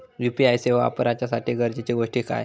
UPI सेवा वापराच्यासाठी गरजेचे गोष्टी काय?